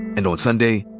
and on sunday,